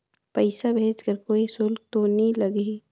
पइसा भेज कर कोई शुल्क तो नी लगही?